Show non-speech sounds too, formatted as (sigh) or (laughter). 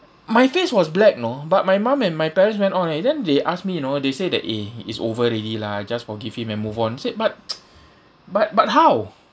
my face was black you know but my mum and my parents went on ah and then they ask me you know they say that eh is over already lah just forgive him and move on I said but (noise) but but how